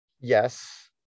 Yes